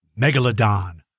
Megalodon